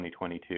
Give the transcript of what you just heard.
2022